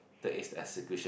that is execution